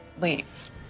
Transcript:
leave